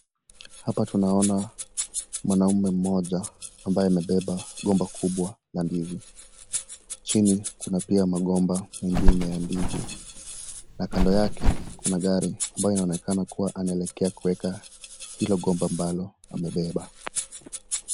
Hapa tunaona mwanaume moja ambaye amebeba gomba kubwa la ndizi chini pia magomba mengine ya ndizi chini Kuna pia magomba mengine ya ndizi na pia Kuna magomba mengine.